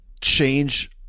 change